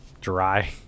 dry